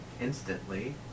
instantly